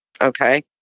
okay